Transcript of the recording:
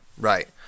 right